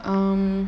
um